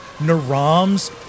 Naram's